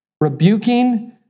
rebuking